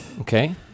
Okay